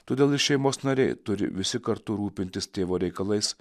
todėl ir šeimos nariai turi visi kartu rūpintis tėvo reikalais